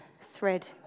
thread